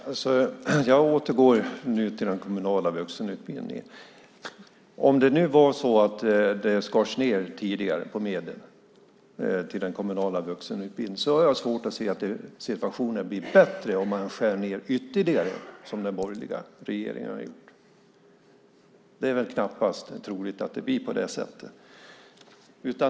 Fru talman! Jag återgår nu till att tala om den kommunala vuxenutbildningen. Om medlen till den kommunala vuxenutbildningen tidigare skars ned, har jag svårt att se att situationen blir bättre om man skär ned ytterligare, som den borgerliga regeringen har gjort. Det är väl knappast troligt att det blir på det sättet.